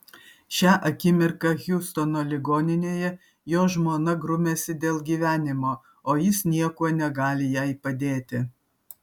šią akimirką hjustono ligoninėje jo žmona grumiasi dėl gyvenimo o jis niekuo negali jai padėti